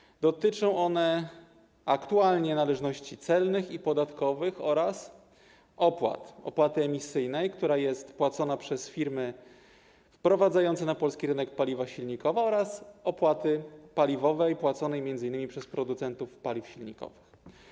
Aktualnie dotyczą one należności celnych i podatkowych oraz opłat, opłaty emisyjnej, która jest płacona przez firmy wprowadzające na polski rynek paliwa silnikowe, oraz opłaty paliwowej płaconej m.in. przez producentów paliw silnikowych.